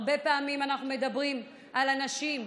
הרבה פעמים אנחנו מדברים על הנשים,